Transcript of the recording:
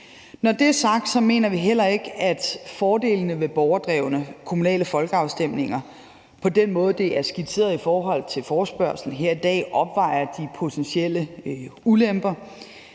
Når det er sagt, mener vi heller ikke, at fordelene ved borgerdrevne kommunale folkeafstemninger på den måde, som det er skitseret i forespørgslen her i dag, opvejer de potentielle ulemper.